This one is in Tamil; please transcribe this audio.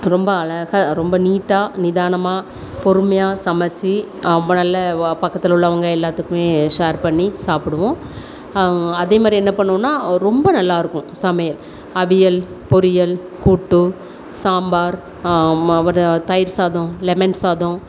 ரொம்ப அழகா ரொம்ப நீட்டாக நிதானமாக பொறுமையாக சமைச்சி ரொம்ப நல்ல பக்கத்தில் உள்ளவங்க எல்லாத்துக்குமே ஷேர் பண்ணி சாப்பிடுவோம் அதேமாதிரி என்ன பண்ணுவோம்னால் ரொம்ப நல்லா இருக்கும் சமையல் அவியல் பொரியல் கூட்டு சாம்பார் தயிர் சாதம் லெமன் சாதம்